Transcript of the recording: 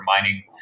mining